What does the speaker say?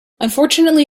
unfortunately